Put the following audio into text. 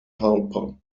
helper